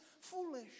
foolish